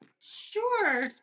Sure